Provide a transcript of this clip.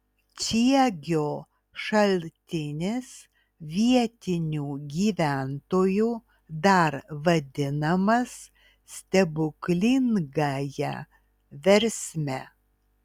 čiegio šaltinis vietinių gyventojų dar vadinamas stebuklingąja versme